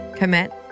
commit